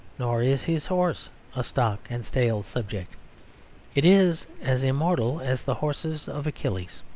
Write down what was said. nor is his horse a stock and stale subject it is as immortal as the horses of achilles.